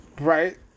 Right